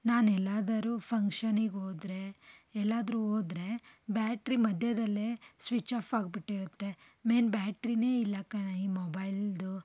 ನಾನೆಲ್ಲಾದರೂ ಫಂಕ್ಷನ್ನಿಗೆ ಹೋದರೆ ಎಲ್ಲಾದರು ಹೋದರೆ ಬ್ಯಾಟ್ರಿ ಮಧ್ಯದಲ್ಲೇ ಸ್ವಿಚ್ ಆಫ಼ಾಗ್ಬಿಟ್ಟಿರುತ್ತೆ ಮೇಯ್ನ್ ಬ್ಯಾಟ್ರಿನೇ ಇಲ್ಲ ಕಣೆ ಈ ಮೊಬೈಲ್ದು